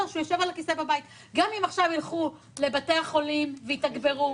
גם אם עכשיו יילכו לבתי החולים ויתגברו,